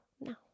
no